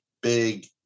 big